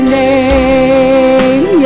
name